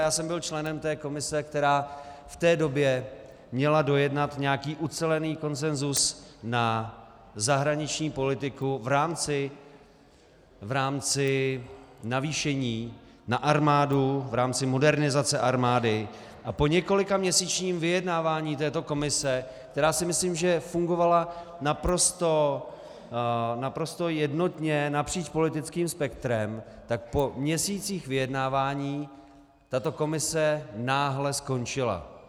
Já jsem byl členem té komise, která v té době měla dojednat nějaký ucelený konsenzus na zahraniční politiku v rámci navýšení na armádu, v rámci modernizace armády, a po několikaměsíčním vyjednávání této komise, která si myslím, že fungovala naprosto jednotně napříč politickým spektrem, tak po měsících vyjednávání tato komise náhle skončila.